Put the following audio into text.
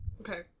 Okay